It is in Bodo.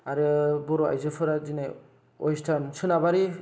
आरो बर' आइजोफोरा दिनै वेस्तार्न सोनाबारि